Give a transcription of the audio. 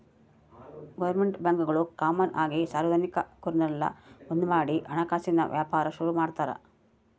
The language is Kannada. ಗೋರ್ಮೆಂಟ್ ಬ್ಯಾಂಕ್ಗುಳು ಕಾಮನ್ ಆಗಿ ಸಾರ್ವಜನಿಕುರ್ನೆಲ್ಲ ಒಂದ್ಮಾಡಿ ಹಣಕಾಸಿನ್ ವ್ಯಾಪಾರ ಶುರು ಮಾಡ್ತಾರ